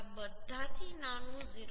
આ બધાથી નાનું 0